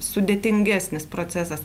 sudėtingesnis procesas